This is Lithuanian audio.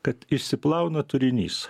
kad išsiplauna turinys